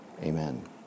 Amen